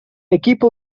equipo